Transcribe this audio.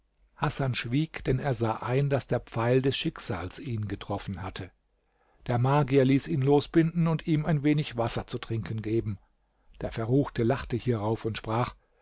hasan schwieg denn er sah ein daß der pfeil des schicksals ihn getroffen hatte der magier ließ ihn losbinden und ihm ein wenig wasser zu trinken geben der verruchte lachte hierauf und sprach